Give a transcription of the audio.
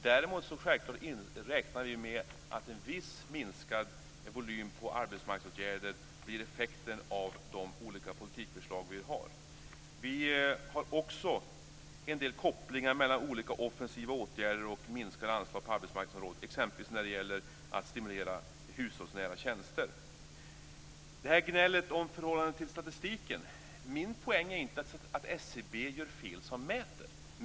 Däremot räknar vi självklart med att en viss minskad volym på arbetsmarknadsåtgärder blir effekten av de olika politikförslag vi har. Vi har också en del kopplingar mellan olika offensiva åtgärder och minskade åtgärder på arbetsmarknadens område. Det gäller exempelvis att stimulera hushållsnära tjänster. Beträffande det här gnället om förhållandet till statistiken vill jag säga att min poäng inte är att SCB gör fel som mäter.